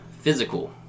Physical